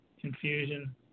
confusion